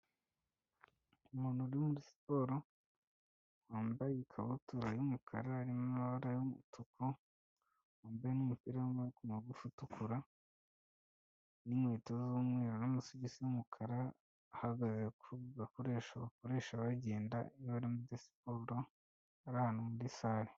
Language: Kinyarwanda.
Umuntu uri muri siporo, wambaye ikabutura y'umukara irimo amabara y'umutuku wambaye, n'umupira w'amaboko magufi utukura, n'inkweto z'umweru n'amasogisi y'umukara, ahagaze ku gakoresho bakoresha bagenda iyo bari muri siporo ari ahantu muri sale.